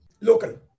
local